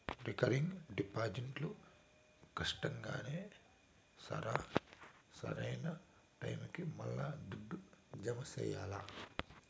recurring డిపాజిట్లు కట్టంగానే సరా, సరైన టైముకి మల్లా దుడ్డు జమ చెయ్యాల్ల